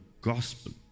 gospel